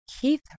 Keith